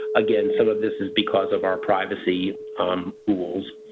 again, some of this is because of our privacy rules.